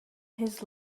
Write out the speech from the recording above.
his